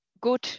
good